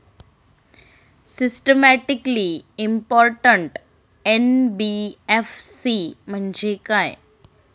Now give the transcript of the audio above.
Systematically important NBFC म्हणजे काय?